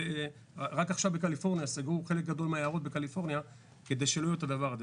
רק עכשיו בקליפורניה סגרו חלק גדול מהיערות כדי שלא יהיה הדבר הזה.